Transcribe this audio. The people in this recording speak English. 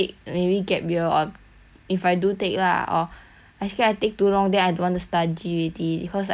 if I do take lah or I scared I take too long then I don't want to study already cause I already like working that's why